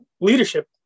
leadership